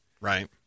Right